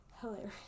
hilarious